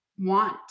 want